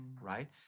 right